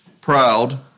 proud